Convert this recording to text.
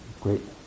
great